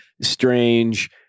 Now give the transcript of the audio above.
Strange